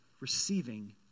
receiving